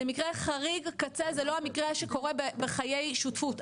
זה מקרה חריג, קצה, זה לא מקרה שקורה בחיי שותפות.